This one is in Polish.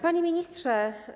Panie Ministrze!